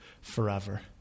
forever